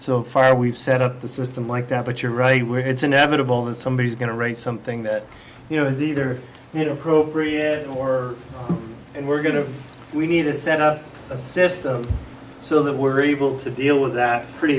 so far we've set up the system like that but you're right we're it's inevitable that somebody is going to write something that you know is either you know appropriate or we're going to we need to set up a system so that we're able to deal with that pretty